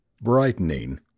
brightening